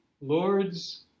lords